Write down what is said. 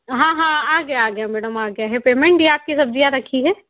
हाँ हाँ आ गया आ गया मैडम आ गया पेमेंट ये आपकी सब्जियाँ रखी है